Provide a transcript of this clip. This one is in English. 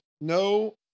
no